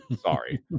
Sorry